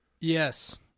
Yes